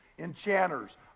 enchanters